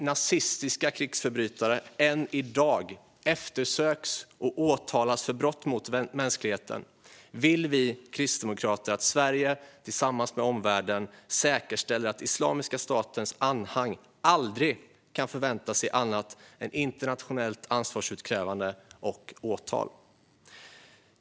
Nazistiska krigsförbrytare eftersöks och åtalas än i dag för brott mot mänskligheten, och vi kristdemokrater vill att Sverige tillsammans med omvärlden säkerställer att Islamiska statens anhang på samma sätt aldrig kan förvänta sig annat än internationellt ansvarsutkrävande och åtal.